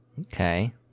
Okay